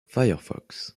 firefox